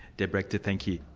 deb rechter, thank you.